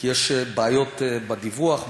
כי יש בעיות בדיווח,